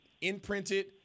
imprinted